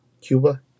Cuba